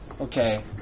Okay